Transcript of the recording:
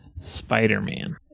Spider-Man